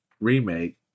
remake